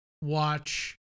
watch